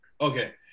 Okay